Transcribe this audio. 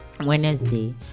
Wednesday